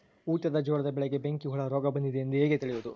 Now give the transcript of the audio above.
ಊಟದ ಜೋಳದ ಬೆಳೆಗೆ ಬೆಂಕಿ ಹುಳ ರೋಗ ಬಂದಿದೆ ಎಂದು ಹೇಗೆ ತಿಳಿಯುವುದು?